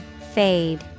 Fade